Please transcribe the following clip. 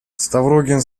ставрогин